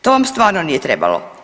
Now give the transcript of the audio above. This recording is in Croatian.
To vam stvarno nije trebalo.